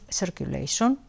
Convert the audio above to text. circulation